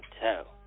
tell